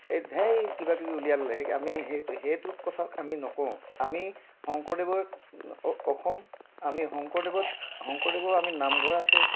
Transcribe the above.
এই ধেৰ কিবাকিবি উলিয়াই ল'লে আমি সেইটো সেইটো কথাক আমি নকও আমি শংকৰদেৱৰ অসম আমি শংকৰদেৱৰ শংকৰদেৱৰ আমি নামঘৰ আছে